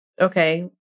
okay